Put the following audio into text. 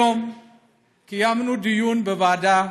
היום קיימנו דיון בוועדה